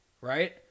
right